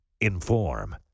Inform